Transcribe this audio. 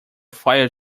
fire